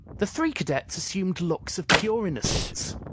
the three cadets assumed looks of pure innocence.